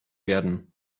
werden